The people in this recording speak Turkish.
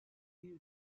bir